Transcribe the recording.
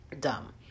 Dumb